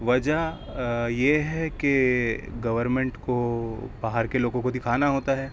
وجہ آ یہ ہے کہ گورنمنٹ کو باہر کے لوگوں کو دکھانا ہوتا ہے